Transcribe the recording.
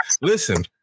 listen